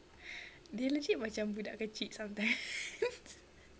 they legit macam budak kecil sometimes